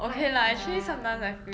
like ya